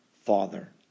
Father